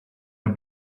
der